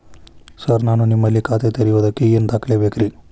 Sir ನಾನು ನಿಮ್ಮಲ್ಲಿ ಖಾತೆ ತೆರೆಯುವುದಕ್ಕೆ ಏನ್ ದಾಖಲೆ ಬೇಕ್ರಿ?